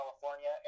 California